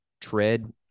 tread